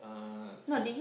uh s~